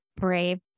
Brave